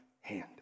hand